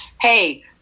hey